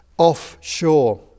offshore